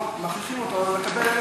מכריחים אותו לקבל,